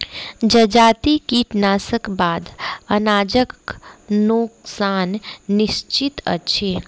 जजाति कटनीक बाद अनाजक नोकसान निश्चित अछि